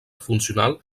funcional